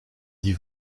dit